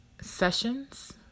sessions